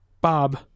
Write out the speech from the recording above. Bob